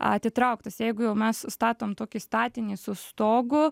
atitrauktas jeigu jau mes statom tokį statinį su stogu